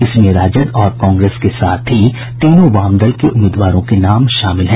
इसमें राजद और कांग्रेस के साथ ही तीनों वाम दल के उम्मीदवारों के नाम शामिल हैं